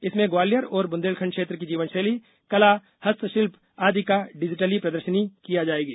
इसमें ग्वालियर और ब्रंदेलखंड क्षेत्र की जीवन शैली कला हस्तशिल्प आदि का डिजिटली प्रदर्शनी किया जायेगा